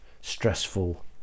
stressful